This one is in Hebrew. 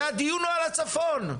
והדיון הוא על הצפון.